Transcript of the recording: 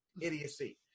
idiocy